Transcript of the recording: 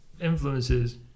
influences